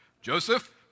Joseph